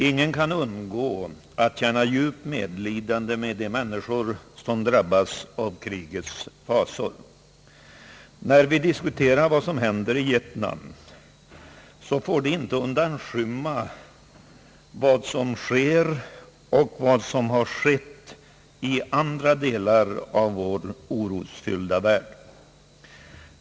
Ingen kan undgå att känna djupt medlidande med de människor som drabbas av krigets fasor. När vi diskuterar vad som händer i Vietnam, får vi dock inte låta detta undanskymma vad som sker och har skett i andra delar av vår orosfyllda värld.